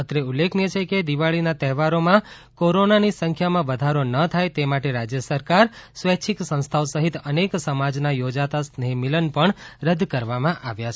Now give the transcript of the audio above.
અત્રે ઉલ્લેખનીય છે કે દિવાળીના તહેવારોમાં કોરોનાની સંખ્યામાં વધારો ન થાય તે માટે રાજ્ય સરકાર સ્વૈચ્છિક સંસ્થાઓ સહિત અનેક સમાજના યોજાતા સ્નેહમિલન પણ રદ કરવામાં આવ્યા છે